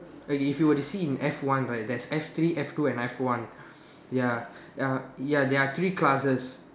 okay if you were see in F one right there's F three F two and F one ya uh ya there are three classes